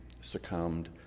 succumbed